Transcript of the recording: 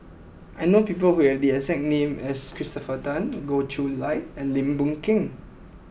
I know people who have the exact name as Christopher Tan Goh Chiew Lye and Lim Boon Keng